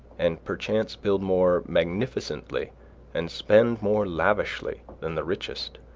and perchance build more magnificently and spend more lavishly than the richest,